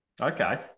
Okay